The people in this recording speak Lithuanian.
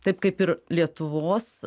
taip kaip ir lietuvos